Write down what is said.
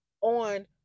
on